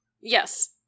Yes